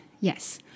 yes